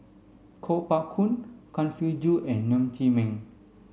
Kuo Pao Kun Kang Siong Joo and Ng Chee Meng